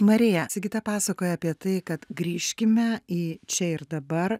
marija sigita pasakoja apie tai kad grįžkime į čia ir dabar